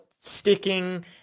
sticking